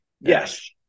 Yes